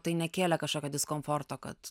tai nekėlė kažkokio diskomforto kad